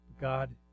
God